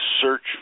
search